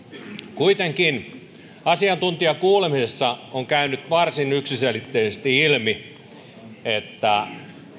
kuitenkin asiantuntijakuulemisessa on käynyt varsin yksiselitteisesti ilmi että